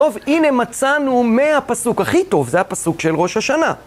טוב, הנה מצאנו מהפסוק הכי טוב, זה הפסוק של ראש השנה.